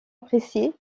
apprécié